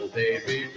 baby